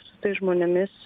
su tais žmonėmis